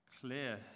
clear